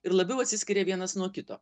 ir labiau atsiskiria vienas nuo kito